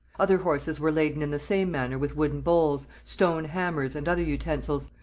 other horses were laden in the same manner with wooden bowls, stone hammers, and other utensils,